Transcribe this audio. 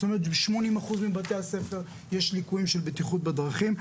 זאת אומרת שב-80% מבתי הספר יש ליקויים של בטיחות בדרכים.